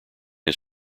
his